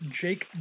Jake